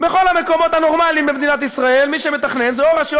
בכל המקומות הנורמליים במדינת ישראל מי שמתכנן זה או רשויות